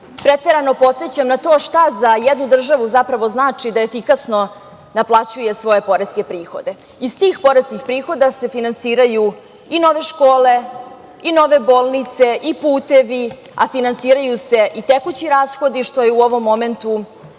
preterano podsećam na to šta za jednu državu zapravo znači da efikasno naplaćuje svoje poreske prihode. Iz tih poreskih prihoda se finansiraju i nove škole i nove bolnice i putevi, a finansiraju se i tekući rashodi, što je u ovom momentu